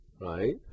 right